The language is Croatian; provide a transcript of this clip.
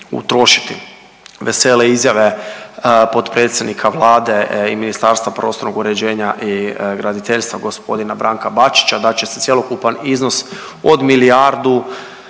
utrošiti. Vesele izjave potpredsjednika Vlade i Ministarstva prostornog uređenja i graditeljstva g. Branka Bačića da će se cjelokupan iznos od milijardu,